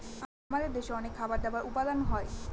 আমাদের দেশে অনেক খাবার দাবার উপাদান হয়